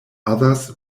others